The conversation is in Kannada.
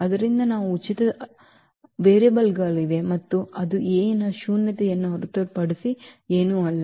ಆದ್ದರಿಂದ ಅವು ಉಚಿತ ಅಸ್ಥಿರಗಳಾಗಿರುತ್ತವೆ ಮತ್ತು ಅದು A ಯ ಶೂನ್ಯತೆಯನ್ನು ಹೊರತುಪಡಿಸಿ ಏನೂ ಅಲ್ಲ